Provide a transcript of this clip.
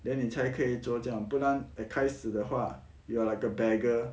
then 你才可以做这样不然一开始的话 you are like a beggar